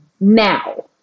now